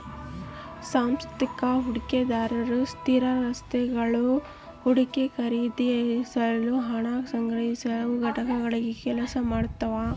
ಸಾಂಸ್ಥಿಕ ಹೂಡಿಕೆದಾರರು ಸ್ಥಿರಾಸ್ತಿಗುಳು ಹೂಡಿಕೆ ಖರೀದಿಸಲು ಹಣ ಸಂಗ್ರಹಿಸುವ ಘಟಕಗಳಾಗಿ ಕೆಲಸ ಮಾಡ್ತವ